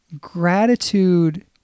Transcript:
gratitude